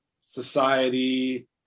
society